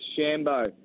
Shambo